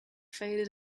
faded